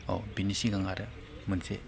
अ बिनि सिगां आरो मोनसे